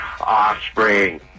Offspring